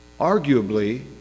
arguably